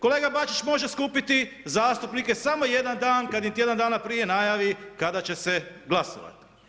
Kolega Bačić može skupiti zastupnike samo jedan dan kad im tjedan dana prije najavi kada će se glasovati.